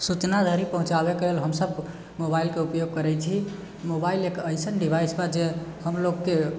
सूचना धरि पहुँचाबएके लेल हम सभ मोबाइलके उपयोग करैत छी मोबाइल एक ऐसन डिवाइस बा जे हम लोगकेँ